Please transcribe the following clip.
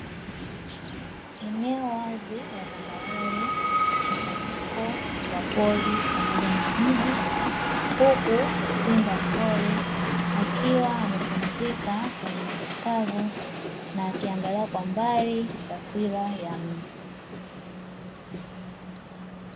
Eneo la wazi la tambarare, lenye mchanganyiko wa pori pamoja na mji, huku simba mpole akiwa amepumzika kwenye nyasi kavu, na akiangalia kwa mbali taswira ya mji.